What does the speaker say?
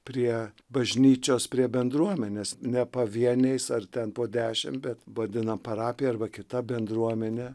prie bažnyčios prie bendruomenės ne pavieniais ar ten po dešim bet vadinam parapija arba kita bendruomenė